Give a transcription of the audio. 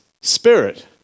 spirit